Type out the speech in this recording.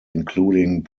including